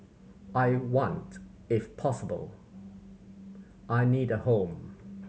I want if possible I need a home